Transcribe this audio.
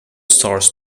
stars